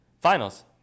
finals